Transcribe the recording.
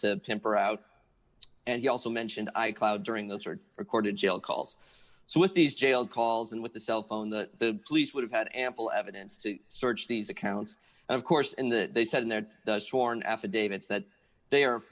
to temper out and you also mentioned i cloud during those are recorded jail calls so with these jail calls and with the cell phone the police would have had ample evidence to search these accounts and of course in that they said that the sworn affidavits that they are